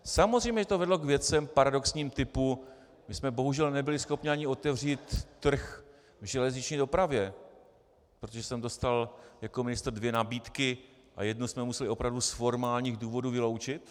Samozřejmě že to vedlo k věcem paradoxním, typu my jsme bohužel nebyli schopni ani otevřít trh v železniční dopravě, protože jsem dostal jako ministr dvě nabídky a jednu jsme museli opravdu z formálních důvodů vyloučit.